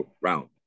round